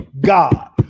God